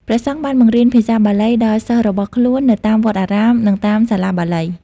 ព្រះសង្ឃបានបង្រៀនភាសាបាលីដល់សិស្សរបស់ខ្លួននៅតាមវត្តអារាម និងតាមសាលាបាលី។